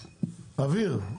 אוויר.